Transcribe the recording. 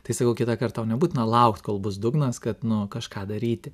tai sakau kitąkart tau nebūtina laukti kol bus dugnas kad nu kažką daryti